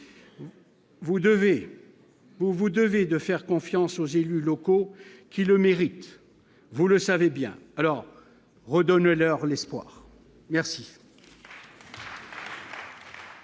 vous devez de faire confiance aux élus locaux qui le méritent, vous le savez bien alors redonner leur l'espoir merci.